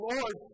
Lord